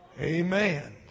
Amen